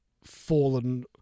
fallen